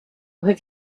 have